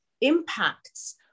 impacts